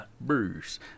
Bruce